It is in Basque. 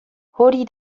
hori